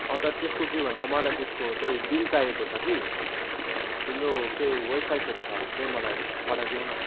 अन्त त्यसको के भन्छ मलाई त्यसको चाहिँ बिल चाहिएको छ कि तिम्रो केही वेभसाइटहरू छ भने चाहिँ पठाइदेउ न